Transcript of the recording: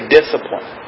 discipline